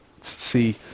see